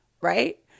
Right